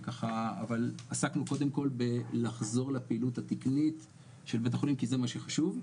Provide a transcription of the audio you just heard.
אבל עסקנו קודם כל בלחזור לפעילות התקנית של בית החולים כי זה מה שחשוב.